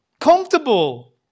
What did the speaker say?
comfortable